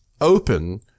open